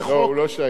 הוא לא שייך, לתפיסתי.